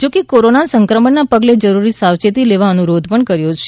જો કે કોરોના સંક્રમણના પગલે જરૂરી સાવચેતી લેવા અનુરોધ કર્યો છે